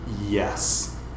Yes